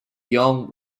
young